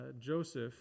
Joseph